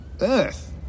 Earth